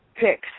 picks